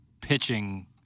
pitching